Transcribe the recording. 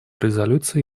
резолюции